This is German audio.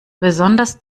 besonders